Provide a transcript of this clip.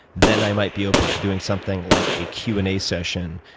then i might be open to doing something like a q and a session,